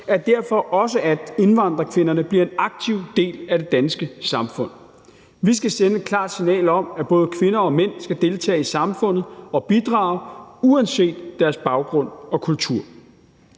er derfor også, at indvandrerkvinderne bliver en aktiv del af det danske samfund. Vi skal sende et klart signal om, at både kvinder og mænd skal deltage i samfundet og bidrage uanset deres baggrund og kultur.